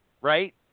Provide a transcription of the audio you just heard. right